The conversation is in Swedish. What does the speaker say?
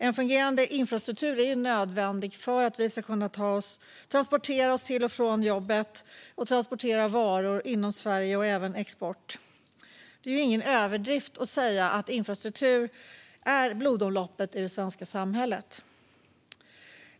En fungerande infrastruktur är ju nödvändig för att man ska kunna ta sig till och från jobbet och att varor ska kunna transporteras inom Sverige och även exporteras. Det är ingen överdrift att säga att infrastrukturen är blodomloppet i det svenska samhället.